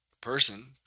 person